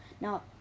Now